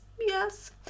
yes